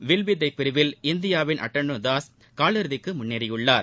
வில்வித்தை பிரிவில் இந்தியாவின் அட்டானுதாஸ் கால் இறுதிக்கு முன்னேறியுள்ளார்